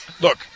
Look